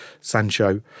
Sancho